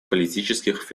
политических